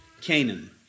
Canaan